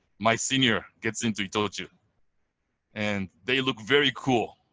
my senior gets into itochu and they look very cool.